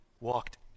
walked